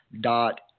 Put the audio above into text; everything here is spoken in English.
dot